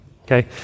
Okay